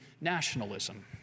nationalism